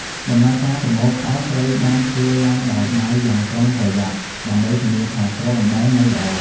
ដំណើរការប្រមូលផលត្រូវបានធ្វើឡើងដោយដៃយ៉ាងប្រុងប្រយ័ត្នដើម្បីធានាថាគ្រាប់អំបិលនៅល្អ។